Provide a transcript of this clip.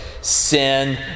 sin